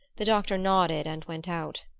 the doctor nodded and went out.